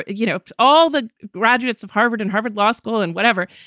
you know, all the graduates of harvard and harvard law school and whatever,